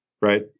right